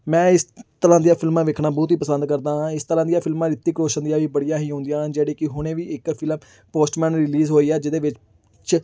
ਮੈਂ ਇਸ ਤਰ੍ਹਾਂ ਦੀਆਂ ਫਿਲਮਾਂ ਵੇਖਣਾ ਬਹੁਤ ਹੀ ਪਸੰਦ ਕਰਦਾ ਹਾਂ ਇਸ ਤਰ੍ਹਾਂ ਦੀਆਂ ਫਿਲਮਾਂ ਰਿਤਿਕ ਰੋਸ਼ਨ ਦੀਆਂ ਵੀ ਬੜੀਆਂ ਹੀ ਆਉਂਦੀਆਂ ਹਨ ਜਿਹੜੀ ਕਿ ਹੁਣੇ ਵੀ ਇੱਕ ਫਿਲਮ ਪੋਸਟਮੈਨ ਰਿਲੀਜ਼ ਹੋਈ ਆ ਜਿਹਦੇ ਵਿੱਚ